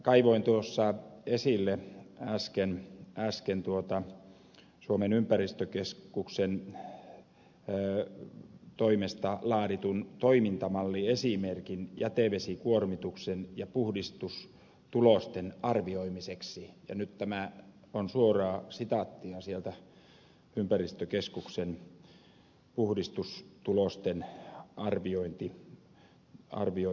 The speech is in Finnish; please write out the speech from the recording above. kaivoin tuossa esille äsken suomen ympäristökeskuksen toimesta laaditun toimintamalliesimerkin jätevesikuormituksen ja puhdistustulosten arvioimiseksi ja nyt tämä on suoraa sitaattia sieltä ympäristökeskuksen puhdistustulosten arvioinnista